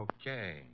Okay